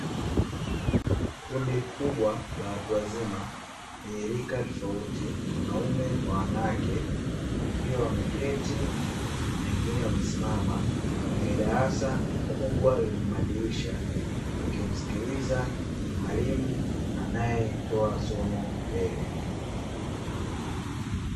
Kundi kubwa la watu wazima lenye rika tofauti, wanaume kwa wanawake wakiwa wameketi na wengine wamesimama. Kwenye darasa kubwa lenye madirisha, wakimsikiliza mwalimu anayetoa somo mbele.